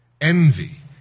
envy